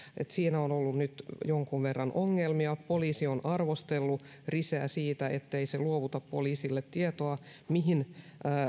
on ollut nyt jonkun verran ongelmia poliisi on arvostellut riseä siitä ettei se luovuta poliisille tietoa mihin